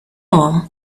all